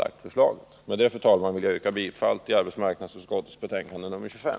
Med detta, fru talman, ber jag att få yrka bifall till utskottets förslag i arbetsmarknadsutskottets betänkande nr 25.